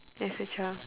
as a child